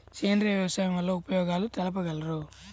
సేంద్రియ వ్యవసాయం వల్ల ఉపయోగాలు తెలుపగలరు?